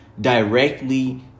directly